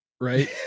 right